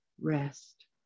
Rest